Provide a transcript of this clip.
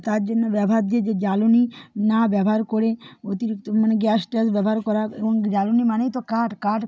তার জন্য ব্যবহার দিয়ে যে জ্বালানি না ব্যবহার করে অতিরিক্ত মানে গ্যাস ট্যাস ব্যবহার করা এবং জ্বালানি মানেই তো কাঠ কাঠ